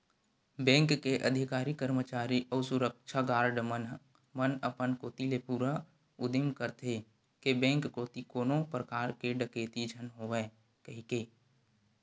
bank के अधिकारी, करमचारी अउ सुरक्छा गार्ड मन अपन कोती ले पूरा उदिम करथे के बेंक कोती कोनो परकार के डकेती झन होवय कहिके